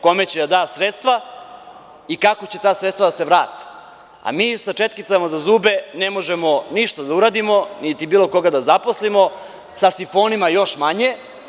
Kome će da da sredstva i kako će ta sredstva da se vrate, a mi sa četkicama za zube ne možemo ništa da uradimo, niti bilo koga da zaposlimo, sa sifonima još manje.